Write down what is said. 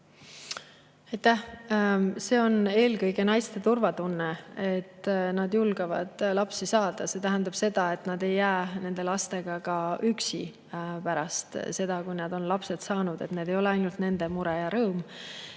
on eelkõige naiste turvatunne, et nad julgevad lapsi saada. See tähendab seda, et nad ei jää nende lastega ka üksi pärast seda, kui nad on lapsed saanud, et need [lapsed] ei ole ainult nende mure ja rõõm.